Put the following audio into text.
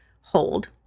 hold